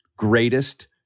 greatest